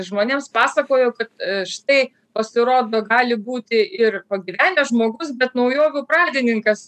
žmonėms pasakoju kad štai pasirodo gali būti ir pagyvenęs žmogus bet naujovių pradininkas